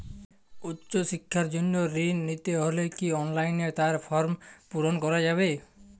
উচ্চশিক্ষার জন্য ঋণ নিতে হলে কি অনলাইনে তার ফর্ম পূরণ করা যাবে?